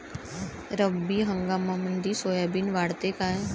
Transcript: रब्बी हंगामामंदी सोयाबीन वाढते काय?